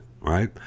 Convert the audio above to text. right